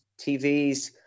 TVs